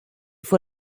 fue